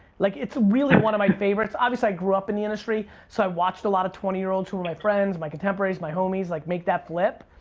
like it's really one of my favorites. obviously i grew up in the industry, so i watched a lot of twenty-year-olds who were like friends, my contemporaries, my homies, like make that flip,